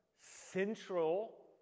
Central